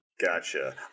Gotcha